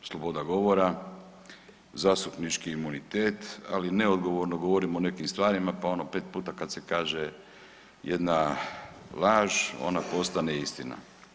Sloboda govora, zastupnički imunitet, ali neodgovorno govorim o nekim stvarima, pa ono pet puta kada se kaže jedna laž ona postane istina.